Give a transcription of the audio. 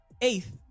Eighth